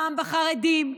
פעם בחרדים,